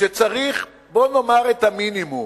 בואו נאמר את המינימום,